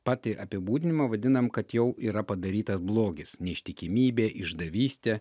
patį apibūdinimą vadinam kad jau yra padarytas blogis neištikimybė išdavystė